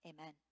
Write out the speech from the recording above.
Amen